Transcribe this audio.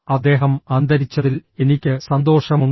അദ്ദേഹം അന്തരിച്ചതിൽ എനിക്ക് സന്തോഷമുണ്ട്